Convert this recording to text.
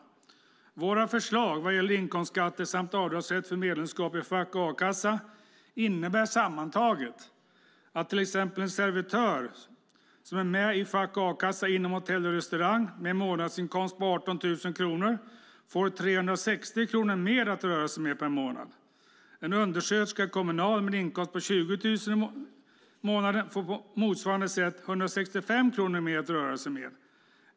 Våra förslag vad gäller inkomstskatter samt avdragsrätt för medlemskap i fack och a-kassa innebär sammantaget att till exempel en servitör som är med i fack och a-kassa inom Hotell och restaurang med en månadsinkomst på 18 000 kronor får 360 kronor mer att röra sig med per månad. En undersköterska inom Kommunal med en inkomst på 20 000 kronor i månaden får på motsvarande sätt 165 kronor mer att röra sig med.